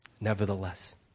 nevertheless